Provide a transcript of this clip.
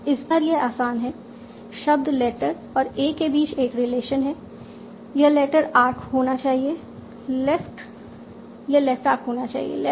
इस बार यह आसान है शब्द लेटर और ए के बीच एक रिलेशन है यह लेफ्ट आर्क होना चाहिए